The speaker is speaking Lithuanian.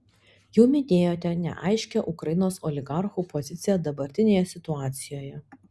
jau minėjote neaiškią ukrainos oligarchų poziciją dabartinėje situacijoje